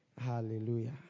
Hallelujah